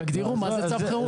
תגדירו מה זה צו חירום.